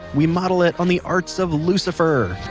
we model it on the arts of lucifer.